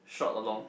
short or long